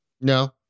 No